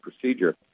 procedure